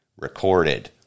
Recorded